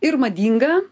ir madinga